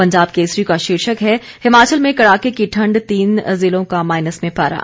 पंजाब केसरी का शीर्षक है हिमाचल में कड़ाके की ठंड तीन जिलों का माइनस में पारा